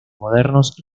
modernos